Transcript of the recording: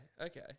okay